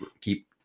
keep